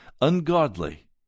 ungodly